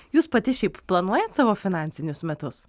jūs pati šiaip planuojat savo finansinius metus